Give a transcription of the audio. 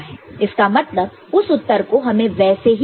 इसका मतलब उस उत्तर को हमें वैसे ही लेना है